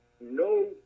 no